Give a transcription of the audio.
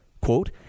quote